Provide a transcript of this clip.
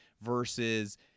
versus